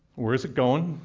where is it going?